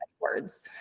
words